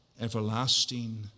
everlasting